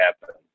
happen